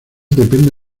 depende